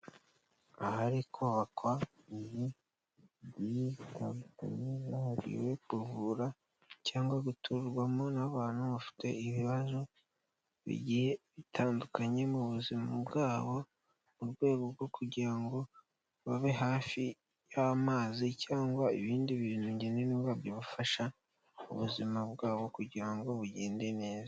Ahari kubakwa ni bitandukanye zaharitiwe kuvura cyangwa guturwamo n'abantu bafite ibibazo bigiye bitandukanye mu buzima bwabo mu rwego rwo kugira ngo babe hafi y'amazi cyangwa ibindi bintu nkenerwa ngo byabafasha ubuzima bwabo kugira ngo bugende neza.